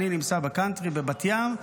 אני נמצא בקאנטרי בבת ים,